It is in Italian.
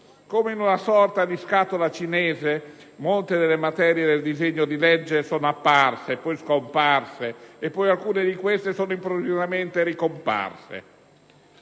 Come in una sorta di scatola cinese, molte delle materie del disegno di legge sono apparse, poi scomparse, ed alcune improvvisamente ricomparse.